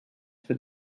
for